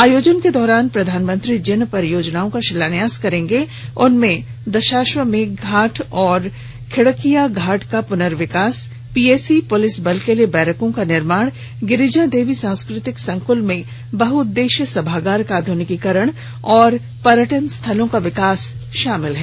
आयोजन के दौरान प्रधानमंत्री जिन परियोजनाओं का शिलान्यास करेंगे उनमें दशाश्वमेध घाट और खिड़किया घाट का पुनर्विकास पीएसी पुलिस बल के लिए बैरकों का निर्माण गिरिजा देवी सांस्कृतिक संकुल में बहुउद्देश्यी य सभागार का आध्निकीकरण और पर्यटन स्थलों का विकास शामिल हैं